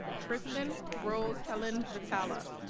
kristyn rose-helen vitale